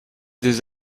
des